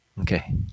Okay